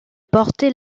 porter